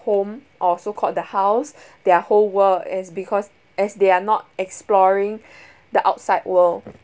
home or so called the house their whole world as because as they are not exploring the outside world